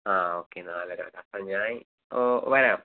ആ ഓക്കെ നാലരവരെ അപ്പം ഞാൻ വരാം